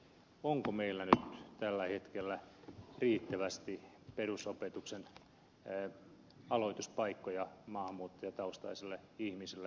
onko meillä nyt tällä hetkellä riittävästi perusopetuksen aloituspaikkoja maahanmuuttajataustaisille ihmisille